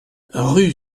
rue